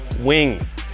wings